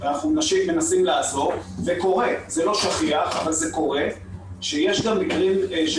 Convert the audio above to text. זה לא שכיח אבל זה קורה שיש גם מקרים של